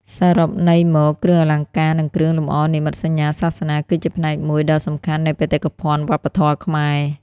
សរុបន័យមក គ្រឿងអលង្ការ និងគ្រឿងលម្អនិមិត្តសញ្ញាសាសនា គឺជាផ្នែកមួយដ៏សំខាន់នៃបេតិកភណ្ឌវប្បធម៌ខ្មែរ។